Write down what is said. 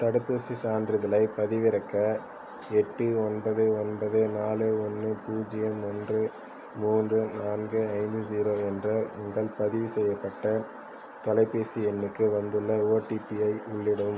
தடுப்பூசிச் சான்றிதழைப் பதிவிறக்க எட்டு ஒன்பது ஒன்பது நாலு ஒன்று பூஜ்ஜியம் ஒன்று மூன்று நான்கு ஐந்து ஸிரோ என்ற உங்கள் பதிவு செய்யப்பட்ட தொலைபேசி எண்ணுக்கு வந்துள்ள ஓடிபி ஐ உள்ளிடவும்